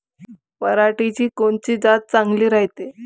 पऱ्हाटीची कोनची जात चांगली रायते?